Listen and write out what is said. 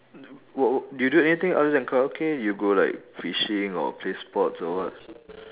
wha~ wha~ do you do anything other than karaoke you go like fishing or play sports or what